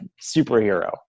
superhero